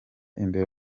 imbere